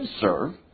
serve